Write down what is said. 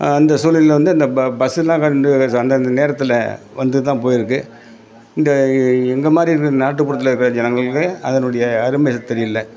அந்த சூழ்நிலையில் வந்து இந்த ப பஸ்ஸுலாம் வந்து அந்தந்த நேரத்தில் வந்து தான் போயிருக்கு இந்த எ எங்கே மாதிரி நா நாட்டுப்புறத்தில் இருக்கிற ஜனங்களுக்கு அதனுடைய அருமை தெரியல